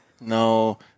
No